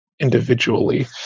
individually